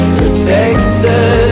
protected